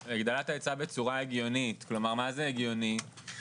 הגדלת ההיצע בצורה הגיונית, כלומר, מה זה הגיונית?